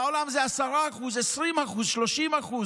בעולם זה 10%, 20%, 30%,